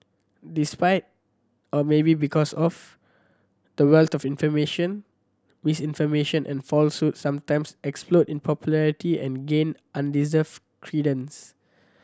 despite or maybe because of the wealth of information misinformation and falsehoods sometimes explode in popularity and gain undeserved credence